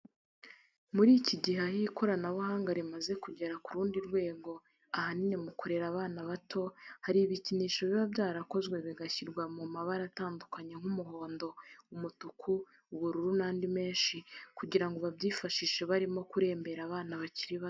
Muri iki gihe aho ikoranabuhanga rimaze kugera ku rundi rwego ahanini mu kurera abana bato, hari ibikinisho biba byarakozwe bigashyirwa mu mabara atandukanye nk'umuhondo, umutuku, ubururu n'andi menshi, kugira ngo babyifashishe barimo kurembera abana bakiri bato.